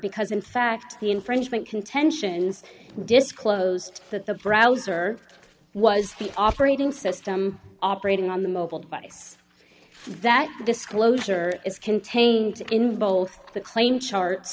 because in fact the infringement contentions disclosed that the browser was the operating system operating on the mobile device that the disclosure is contained in both the claim charts